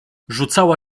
rzucała